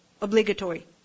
obligatory